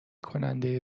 کننده